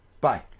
Bye